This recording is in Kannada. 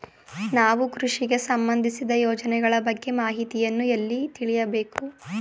ನಾವು ಕೃಷಿಗೆ ಸಂಬಂದಿಸಿದ ಯೋಜನೆಗಳ ಬಗ್ಗೆ ಮಾಹಿತಿಯನ್ನು ಎಲ್ಲಿ ತಿಳಿಯಬೇಕು?